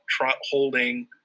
holding